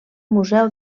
museu